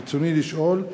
רצוני לשאול: